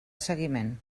seguiment